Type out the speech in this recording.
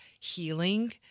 healing